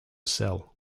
cell